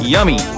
Yummy